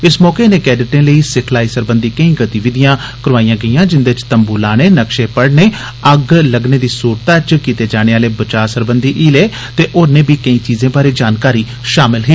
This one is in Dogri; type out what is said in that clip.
इस मौके इनें कैंडेटें लेई सिखलाई सरबंघी केई गतिविधिए करोआईआा गेईआा जिंदे च तम्बू लाने नक्शे पढ़ने अग्ग लग्गने दी सूरत च कीते जाने आहले बचाऽ सरबंघी हीलें ते होरने बी केई चीजें बारै जानकारी शामिल ही